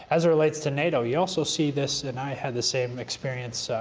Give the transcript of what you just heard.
as it relates to nato, you also see this, and i had the same experience,